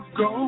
go